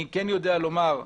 אני יודע לומר,